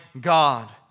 God